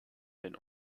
den